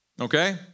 Okay